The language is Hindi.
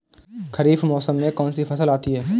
खरीफ मौसम में कौनसी फसल आती हैं?